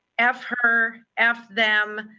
f her, f them,